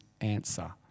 answer